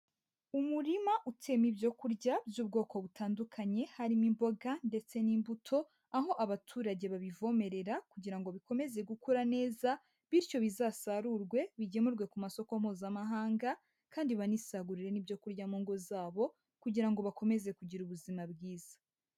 Umurima uteyemo ibyo kurya by'ubwoko butandukanye harimo imboga ndetse n'imbuto, aho abaturage babivomerera kugira ngo bikomeze gukura neza, bityo bizasarurwe bigemurwe ku masoko Mpuzamahanga kandi banisagurire n'ibyo kurya mu ngo zabo kugira ngo bakomeze kugira ubuzima bwiza.